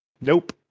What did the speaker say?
Nope